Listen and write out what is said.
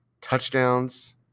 touchdowns